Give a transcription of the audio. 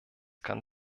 kann